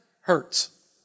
hurts